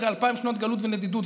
אחרי אלפיים שנות גלות ונדידות.